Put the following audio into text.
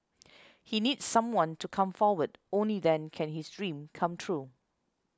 he needs someone to come forward only then can his dream come true